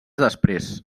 després